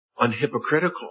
unhypocritical